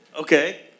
Okay